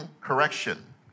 correction